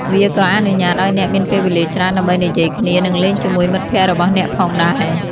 វាក៏អនុញ្ញាតឱ្យអ្នកមានពេលវេលាច្រើនដើម្បីនិយាយគ្នានិងលេងជាមួយមិត្តភក្តិរបស់អ្នកផងដែរ។